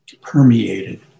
permeated